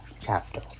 chapter